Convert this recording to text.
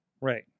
Right